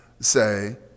say